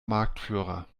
marktführer